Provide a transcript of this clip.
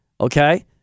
Okay